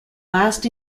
last